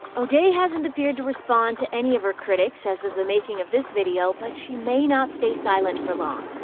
o'day hasn't appeared to respond to any of her critics, as of the making of this video, but she may not stay silent for long.